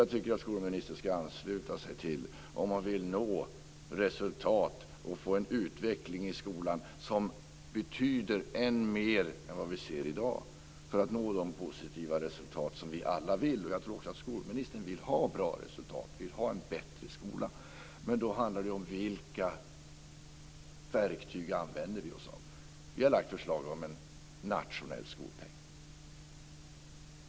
Jag tycker att skolministern ska ansluta sig till det vi vill om hon vill nå resultat och få en utveckling i skolan som betyder än mer än vad vi ser i dag. Vi vill alla nå positiva resultat. Jag tror att också skolministern vill ha bra resultat och en bättre skola. Då handlar det om vilka verktyg vi använder oss av. Vi har lagt fram förslag om en nationell skolpeng.